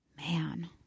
Man